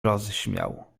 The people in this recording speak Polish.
rozśmiał